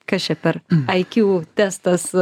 kas čia per ai kju testas